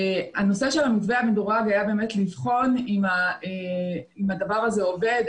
המתווה המדורג היה באמת על מנת לבחון אם הדבר הזה עובד,